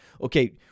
okay